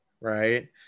right